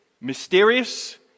mysterious